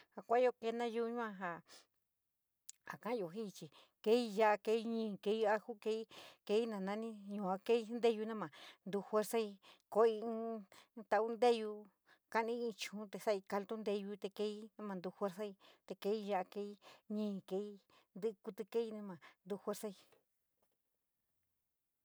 Ja kuayo kee nayiu yua ja, ja kavo jii chi keí ya´a keií ñii, kaíajú, keií na nami yua keií ji nteyu namii tuo fuerzoi, koin tin tou teou, kou niii in chou sai caltu teuou te keií nao fuerzou te keií ya´a, te keií niii te keií nti kuíti no ma nto fuezai.